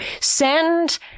send